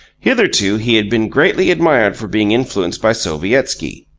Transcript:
hitherto he had been greatly admired for being influenced by sovietski,